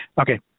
Okay